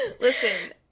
Listen